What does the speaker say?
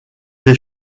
des